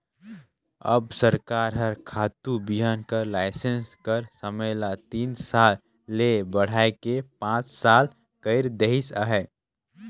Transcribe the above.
अब सरकार हर खातू बीहन कर लाइसेंस कर समे ल तीन साल ले बढ़ाए के पाँच साल कइर देहिस अहे